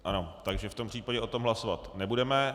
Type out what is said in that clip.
Ano, takže v tom případě o tom hlasovat nebudeme.